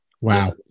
Wow